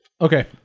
okay